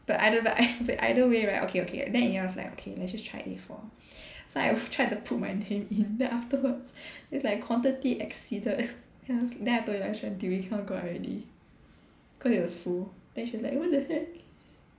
but I don't know I I don't really want okay okay then Ying Yao was like okay let's just try A four so I have tried to put my name in then afterwards it's like quantity exceeded then I was then I told you Elisha dude we cannot go out already cause it was full then she was like what the heck